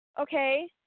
Okay